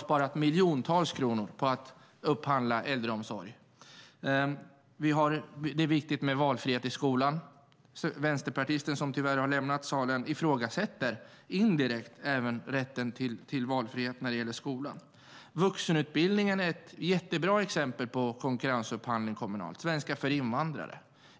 sparat miljontals kronor på att upphandla äldreomsorg. Det är viktigt med valfrihet i skolan. Vänsterpartisten, som tyvärr har lämnat salen, ifrågasatte indirekt rätten till valfrihet när det gäller skola. Vuxenutbildning och svenska för invandrare är utmärkta exempel på kommunal konkurrensupphandling.